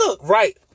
Right